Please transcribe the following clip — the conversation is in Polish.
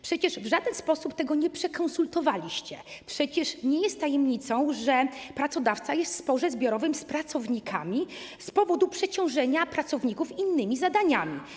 Przecież w żaden sposób tego nie przekonsultowaliście, a nie jest tajemnicą, że ten pracodawca jest w sporze zbiorowym z pracownikami z powodu przeciążania ich innymi zdaniami.